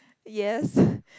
yes